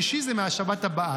שישי זה מהשבת הבאה,